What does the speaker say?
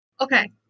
Okay